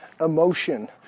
emotion